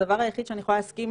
הדבר היחיד שאני יכולה להסכים